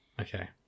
Okay